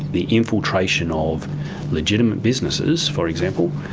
the infiltration of legitimate businesses, for example,